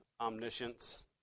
omniscience